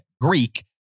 Greek